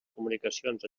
comunicacions